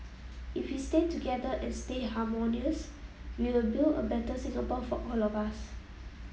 if we stay together and stay harmonious we'll build a better Singapore for all of us